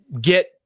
get –